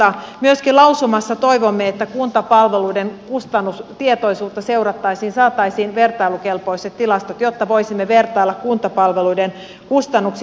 myöskin lausumassa toivomme että kuntapalveluiden kustannustietoisuutta seurattaisiin saataisiin vertailukelpoiset tilastot jotta voisimme vertailla kuntapalveluiden kustannuksia